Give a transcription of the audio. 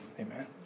amen